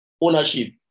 ownership